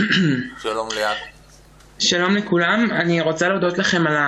ברשות יושב-ראש הכנסת, הינני מתכבדת להודיעכם,